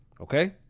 okay